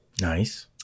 Nice